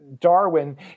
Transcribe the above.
Darwin